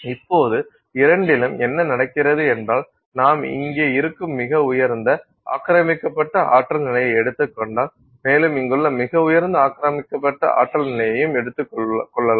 இப்போது இரண்டிலும் என்ன நடக்கிறது என்றால் நாம் இங்கே இருக்கும் மிக உயர்ந்த ஆக்கிரமிக்கப்பட்ட ஆற்றல் நிலையை எடுத்துக் கொண்டால் மேலும் இங்குள்ள மிக உயர்ந்த ஆக்கிரமிக்கப்பட்ட ஆற்றல் நிலையையும் எடுத்துக்கொள்ளலாம்